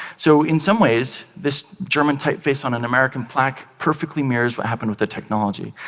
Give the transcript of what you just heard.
so in some ways, this german typeface on an american plaque perfectly mirrors what happened with the technology.